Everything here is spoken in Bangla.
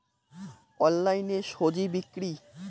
অনলাইনে স্বজি বিক্রি?